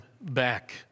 back